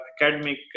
academic